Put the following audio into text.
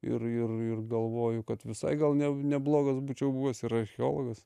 ir ir ir galvoju kad visai gal ne neblogas būčiau buvęs ir archeologas